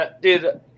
Dude